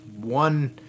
one